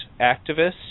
activists